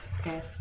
Okay